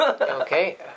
Okay